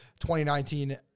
2019